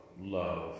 love